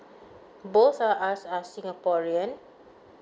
both of us are singaporean